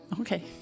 okay